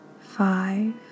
five